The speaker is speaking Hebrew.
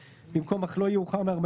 היו.